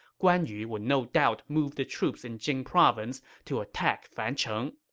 guan yu would no doubt move the troops in jing province to attack fancheng.